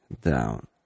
down